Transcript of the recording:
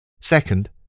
Second